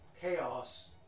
chaos